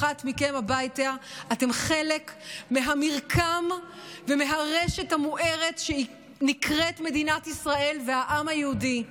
אתם חלק מהמרקם ומהרשת המוארת שנקראת מדינת ישראל והעם היהודי,